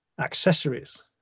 accessories